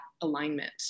alignment